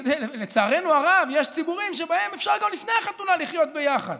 לצערנו הרב יש ציבורים שבהם אפשר גם לפני החתונה לחיות ביחד,